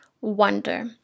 wonder